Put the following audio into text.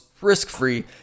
risk-free